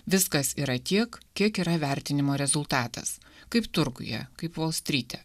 viskas yra tiek kiek yra vertinimo rezultatas kaip turguje kaip volstryte